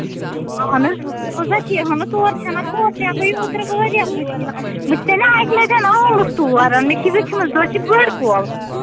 اہنُو پوز ہا اَہنُو تور چھَنا کۄل مےٚ گوٚو اوترٕ واریاہ مُشکِل بہٕ چھَسے نہ اَکہِ لٹہِ آمٕژ تور مےٚ چھِ وٕچھمٕژ سۄ چھِ بٔڑ کۄل